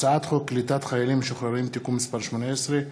הצעת חוק קליטת חיילים משוחררים (תיקון מס' 18),